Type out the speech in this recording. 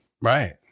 Right